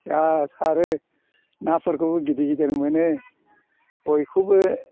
जा सारो नाफोरखौबो गिदिर गिदिर मोनो बयखौबो